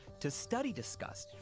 to study disgust,